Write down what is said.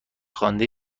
خوانده